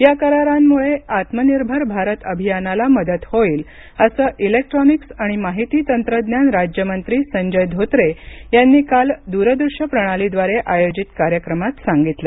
या करारांमुळे आत्मनिर्भर भारत अभियानाला मदत होईल असं इलेक्ट्रॉनिक्स आणि माहिती तंत्रज्ञान राज्य मंत्री संजय धोत्रे यांनी काल द्रदूश्य प्रणालीद्वारे आयोजित कार्यक्रमात काल सांगितलं